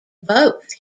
both